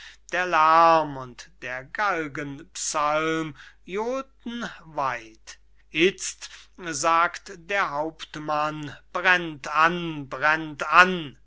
der lerm und der galgen psalm jolten weit izt sagt der hauptmann brennt an brennt an